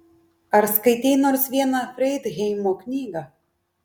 ar skaitei nors vieną freidheimo knygą